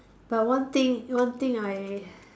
but one thing one thing I